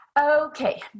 Okay